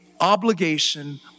obligation